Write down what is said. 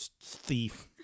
thief